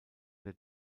der